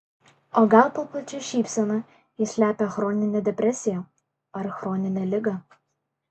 o gal po plačia šypsena ji slepia chroninę depresiją ar chroninę ligą